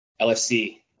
LFC